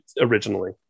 originally